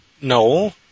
No